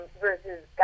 versus